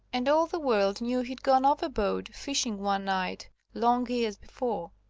and all the world knew he'd gone overboard, fishing one night, long years before.